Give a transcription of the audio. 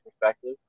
perspective